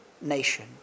nation